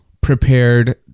prepared